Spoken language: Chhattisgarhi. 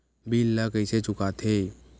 बिल ला कइसे चुका थे